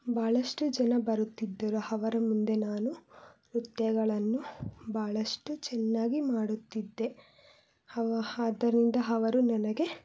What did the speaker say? ಭಾಳಷ್ಟು ಜನ ಬರುತ್ತಿದ್ದರು ಅವರ ಮುಂದೆ ನಾನು ನೃತ್ಯಗಳನ್ನು ಬಹಳಷ್ಟು ಚೆನ್ನಾಗಿ ಮಾಡುತ್ತಿದ್ದೆ ಅವ ಆದ್ದರಿಂದ ಅವರು ನನಗೆ